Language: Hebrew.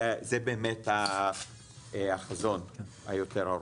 זה באמת החזון היותר ארוך.